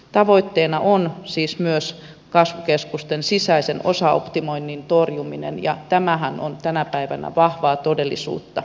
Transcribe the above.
tavoitteena on siis myös kasvukeskusten sisäisen osaoptimoinnin torjuminen ja tämähän on tänä päivänä vahvaa todellisuutta